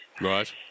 Right